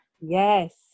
Yes